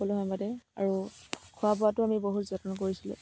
সকলো সময়তে আৰু খোৱা বোৱাতো আমি বহুত যত্ন কৰিছিলোঁ